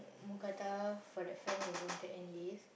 mookata for that friend who going to enlist